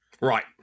right